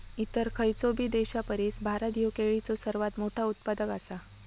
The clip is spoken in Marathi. इतर खयचोबी देशापरिस भारत ह्यो केळीचो सर्वात मोठा उत्पादक आसा